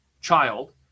child